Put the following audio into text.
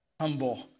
humble